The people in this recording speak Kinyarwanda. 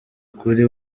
kuri